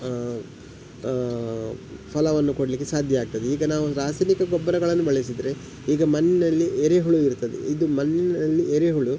ಫಲವನ್ನು ಕೊಡಲಿಕ್ಕೆ ಸಾಧ್ಯ ಆಗ್ತದೆ ಈಗ ನಾವು ರಾಸಾಯನಿಕ ಗೊಬ್ಬರಗಳನ್ನು ಬಳಸಿದರೆ ಈಗ ಮಣ್ಣಿನಲ್ಲಿ ಎರೆಹುಳು ಇರ್ತದೆ ಇದು ಮಣ್ಣಿನಲ್ಲಿ ಎರೆಹುಳು